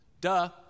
duh